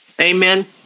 Amen